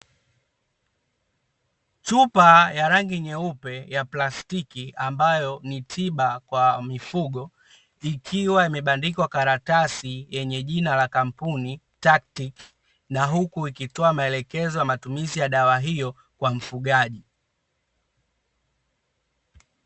Chupa ya rangi nyeupe ya plastiki ambayo ni tiba kwa mifugo ikiwa imebandikwa karatasi yenye jina la kampuni Taktic na huku ikitoa maelekezo ya matumizi ya dawa hiyo kwa mfugaji.